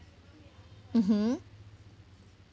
mmhmm